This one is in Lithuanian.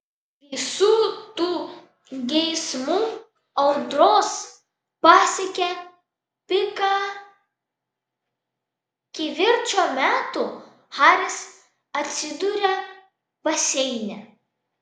visų tų geismų audros pasiekia piką kivirčo metu haris atsiduria baseine